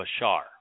Bashar